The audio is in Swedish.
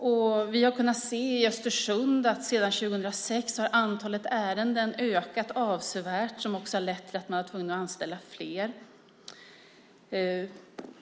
I Östersund har vi kunnat se att antalet ärenden sedan 2006 ökat avsevärt, vilket lett till att de varit tvungna att anställa fler.